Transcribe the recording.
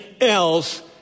else